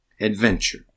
adventure